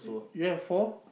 you have four